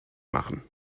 machen